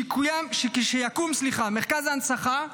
כשיקום מרכז הנצחה בירושלים,